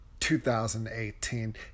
2018